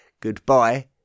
goodbye